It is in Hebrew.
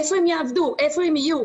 איפה הם יעבדו, איפה הם יהיו?